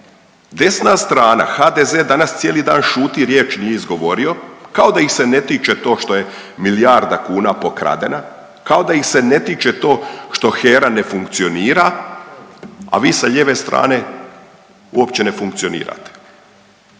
Desna strana, HDZ danas cijeli dan šuti, riječ nije izgovorio kao da ih se ne tiče to što je milijarda kuna pokradena, kao da ih se ne tiče to što HERA ne funkcionira, a vi sa lijeve strane uopće ne funkcionirate.